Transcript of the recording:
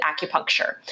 acupuncture